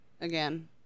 Again